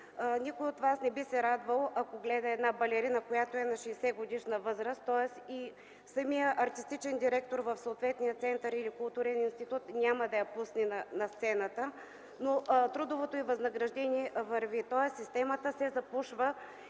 Никой от вас не би се радвал да гледа балерина на 60 годишна възраст. Самият артистичен директор на съответния център или културен институт няма да я пусне на сцената. Трудовото й възнаграждение обаче върви, тоест системата се запушва.